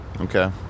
Okay